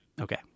okay